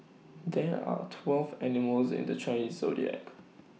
there are twelve animals in the Chinese Zodiac